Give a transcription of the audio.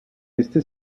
este